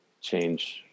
change